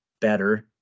better